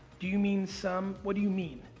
do you mean some. what do you mean?